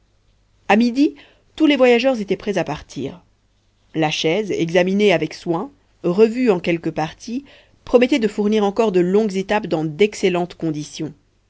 a midi tous les voyageurs étaient prêts à partir la chaise examinée avec soin revue en quelques parties promettait de fournir encore de longues étapes dans d'excellentes conditions